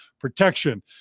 protection